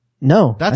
No